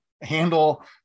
handle